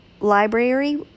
library